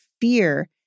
fear